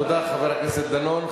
תודה, חבר הכנסת דנון.